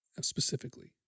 specifically